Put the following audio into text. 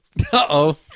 Uh-oh